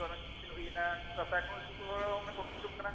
ᱱᱤᱛᱚᱜ ᱚᱱᱟ ᱠᱤᱪᱷᱩ ᱫᱤᱱ ᱦᱩᱭᱱᱟ ᱟᱛᱳ ᱠᱚ ᱠᱚᱝᱠᱨᱤᱴᱚᱜ ᱠᱟᱱᱟ